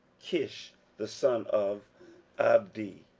kish the son of abdi,